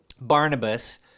Barnabas